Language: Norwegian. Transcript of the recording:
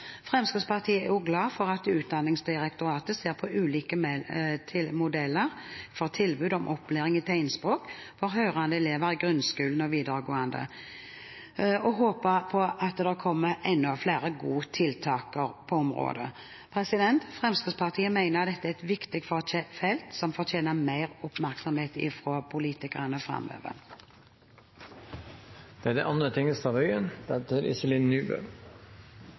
Fremskrittspartiet er også glad for at Utdanningsdirektoratet ser på ulike modeller for tilbud om opplæring i tegnspråk for hørende elever i grunnskolen og videregående skole, og vi håper på at det kommer enda flere gode tiltak på området. Fremskrittspartiet mener dette er et viktig felt, som fortjener mer oppmerksomhet fra politikerne framover. Et godt tegnspråkmiljø er